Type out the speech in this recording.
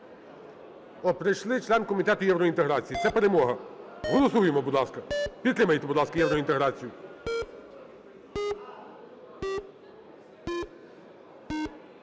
Прийшли члени Комітету євроінтеграції, це перемога. Голосуємо, будь ласка. Підтримайте, будь ласка, євроінтеграцію.